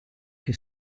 chi